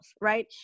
right